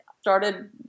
started